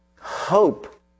Hope